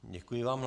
Děkuji vám.